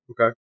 Okay